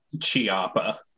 chiapa